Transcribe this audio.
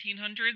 1800s